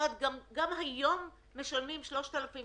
היום משלמים 3,000,